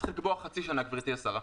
צריך לקבוע חצי שנה, גברתי השרה.